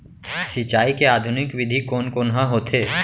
सिंचाई के आधुनिक विधि कोन कोन ह होथे?